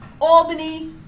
Albany